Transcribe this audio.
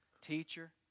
teacher